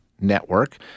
network